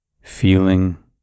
feeling